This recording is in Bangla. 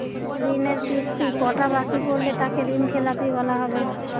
ঋণের কিস্তি কটা বাকি পড়লে তাকে ঋণখেলাপি বলা হবে?